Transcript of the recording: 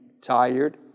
tired